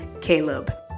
Caleb